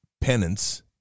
penance